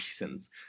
reasons